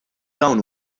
dawn